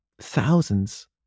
thousands